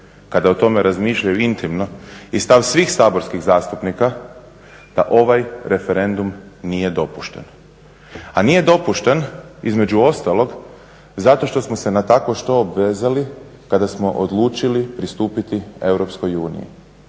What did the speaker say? kada o tome razmišljaju intimno i stav svih saborskih zastupnika da ovaj referendum nije dopušten. A nije dopušten između ostalog zato što smo se na takvo što obvezali kada smo odlučili pristupiti Europskoj uniji.